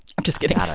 i'm just kidding god,